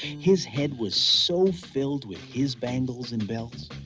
his head was so filled with his bangles and bells.